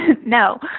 No